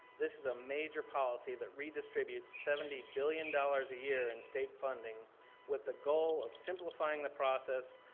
this is a major policy that redistributes seventy billion dollars a year in state funding with the goal of simplifying the process,